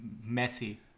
messy